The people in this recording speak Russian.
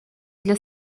для